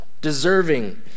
deserving